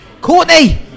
courtney